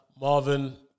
Marvin